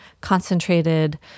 concentrated